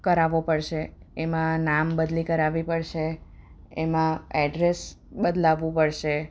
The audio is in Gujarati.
કરાવવો પડશે એમાં નામ બદલી કરાવી પડશે એમાં એડ્રેસ બદલાવવું પડશે